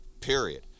Period